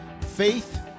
faith